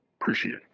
Appreciate